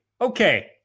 Okay